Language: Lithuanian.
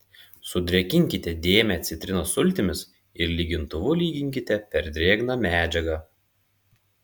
sudrėkinkite dėmę citrinos sultimis ir lygintuvu lyginkite per drėgną medžiagą